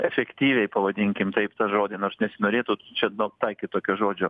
efektyviai pavadinkim taip tą žodį nors nesinorėtų čia na taikyt tokio žodžio